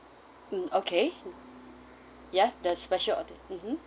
mm okay ya the special order mmhmm